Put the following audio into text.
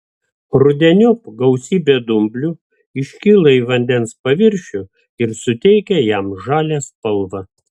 rudeniop gausybė dumblių iškyla į vandens paviršių ir suteikia jam žalią spalvą